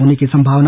होने की संभावना